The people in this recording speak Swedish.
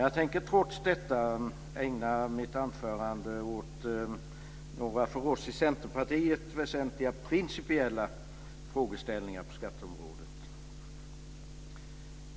Jag tänker trots detta ägna mitt anförande åt några för oss i Centerpartiet väsentliga principiella frågeställningar på skatteområdet.